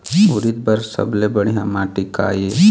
उरीद बर सबले बढ़िया माटी का ये?